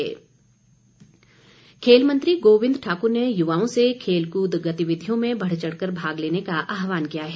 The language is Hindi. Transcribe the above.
गोविंद ठाकुर खेल मंत्री गोविंद ठाकुर ने युवाओं से खेलकूद गतिविधियों में बढ़चढ़ कर भाग लेने का आहवान किया है